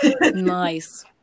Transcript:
Nice